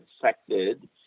affected